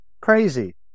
crazy